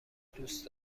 دوست